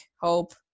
Hope